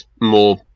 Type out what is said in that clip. more